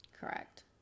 Correct